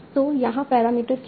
तो यहाँ पैरामीटर क्या है